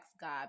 God